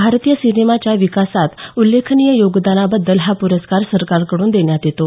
भारतीय सिनेमाच्या विकासात उल्लेखनीय योगदानाबद्दल हा पुरस्कार सरकारकडून देण्यात येतो